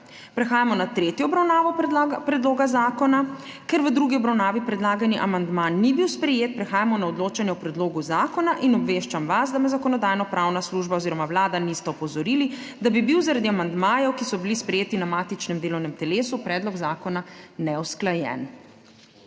Prehajamo na tretjo obravnavo predloga zakona. Ker v drugi obravnavi predlagani amandma ni bil sprejet, prehajamo na odločanje o predlogu zakona. Obveščam vas, da me Zakonodajno-pravna služba oziroma Vlada nista opozorili, da bi bil zaradi amandmajev, ki so bili sprejeti na matičnem delovnem telesu, predlog zakona neusklajen.